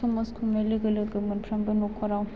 समाज होननाय लोगो लोगो मोनफ्रोमबो नख'राव